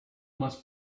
must